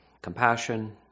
compassion